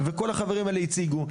וכל החברים האלה הציגו.